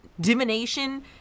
divination